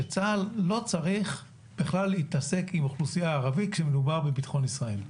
שצה"ל לא צריך בכלל להתעסק עם אוכלוסייה ערבית כשמדובר בביטחון ישראל.